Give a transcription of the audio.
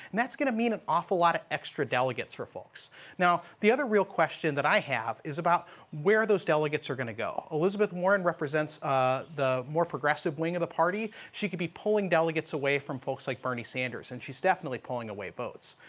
that's going to meet an awful lot of extra delegates for folks the other real question that i have is about where those delegates are going to go. elizabeth warren represents ah the more progressive wing of the party, she could be pulling delegates away from folks like bernie sanders. and she's definitely pulling away folks.